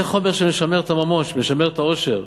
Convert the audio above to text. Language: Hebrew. זה חומר שמשמר את הממון, שמשמר את העושר.